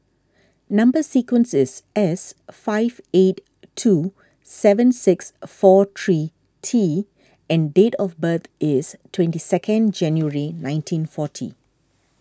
Number Sequence is S five eight two seven six four three T and date of birth is twenty second January nineteen forty